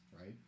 right